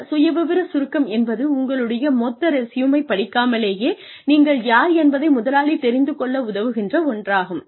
இந்த சுயவிவர சுருக்கம் என்பது உங்களுடைய மொத்த ரெஸியூமை படிக்காமலேயே நீங்கள் யார் என்பதை முதலாளி தெரிந்து கொள்ள உதவுகின்ற ஒன்றாகும்